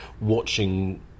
watching